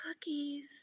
Cookies